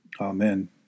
Amen